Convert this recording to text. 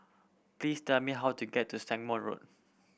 please tell me how to get to Stagmont Road